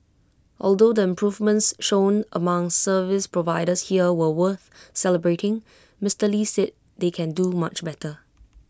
although the improvements shown among service providers here were worth celebrating Mister lee said they can do much better